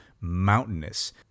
mountainous